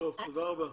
תודה רבה.